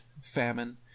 famine